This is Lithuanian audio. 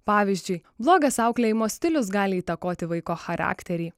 pavyzdžiui blogas auklėjimo stilius gali įtakoti vaiko charakterį